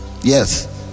yes